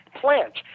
plants